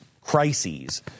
crises